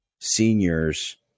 seniors